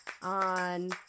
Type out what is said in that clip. on